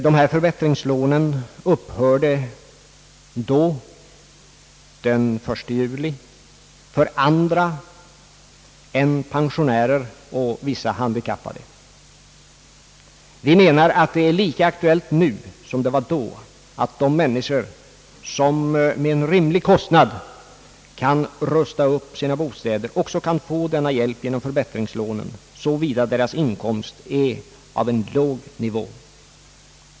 Dessa förbättringslån upphörde då den 1 juli för andra än pensionärer och vissa handikappade. Vi menar att det är lika aktuellt nu som det var då att de människor som med en rimlig kostnad kan rusta upp sina bostäder också kan få denna hjälp genom förbättringslånen, såvida deras inkomst ligger på en låg nivå.